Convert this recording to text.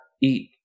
eat